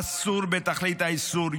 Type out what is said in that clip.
אסור בתכלית האיסור.